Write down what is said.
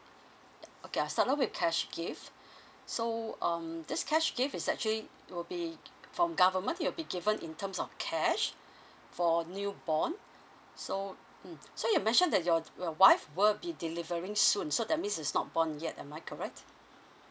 okay I'll start off with cash gift so um this cash gift is actually will be from government it will be given in terms of cash for newborn so mm so you mentioned that your your wife will be delivering soon so that means is not born yet am I correct